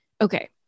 Okay